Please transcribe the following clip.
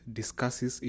discusses